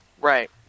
Right